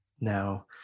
Now